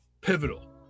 pivotal